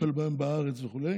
לטפל בהם בארץ וכו',